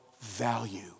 value